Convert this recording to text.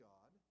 God